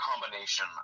combination